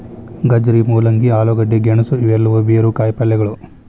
ಗಜ್ಜರಿ, ಮೂಲಂಗಿ, ಆಲೂಗಡ್ಡೆ, ಗೆಣಸು ಇವೆಲ್ಲವೂ ಬೇರು ಕಾಯಿಪಲ್ಯಗಳು